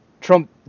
Trump